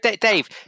Dave